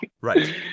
right